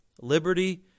liberty